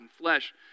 flesh